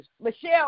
Michelle